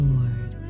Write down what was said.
Lord